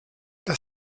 der